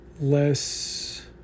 less